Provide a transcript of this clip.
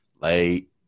Late